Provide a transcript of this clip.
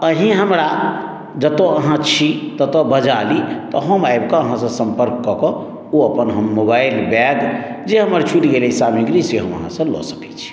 अहीँ हमरा जेतौ अहाँ छी तेतौ बजा ली तऽ हम आबि कऽ अहाँसे सम्पर्क कऽ कऽ ओ अपन हम मोबाइल बैग जे हमर छुटि गेल अछि सामग्री से हम अहाँसे लऽ सकै छी